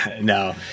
No